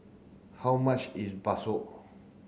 how much is Bakso